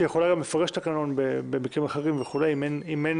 שאפשר לפרש את התקנון במקרים אחרים אם אין